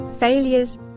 failures